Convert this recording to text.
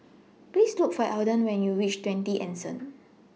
Please Look For Alden when YOU REACH twenty Anson